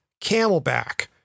Camelback